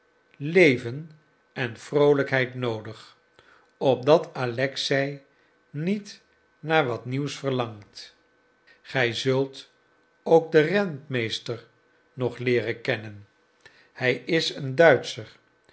leven en vroolijkheid noodig opdat alexei niet naar wat nieuws verlangt gij zult ook den rentmeester nog leeren kennen hij is een duitscher